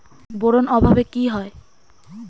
Boron অভাবে কি হয়?